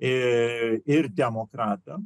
ir ir demokratams